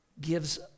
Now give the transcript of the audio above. gives